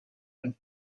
and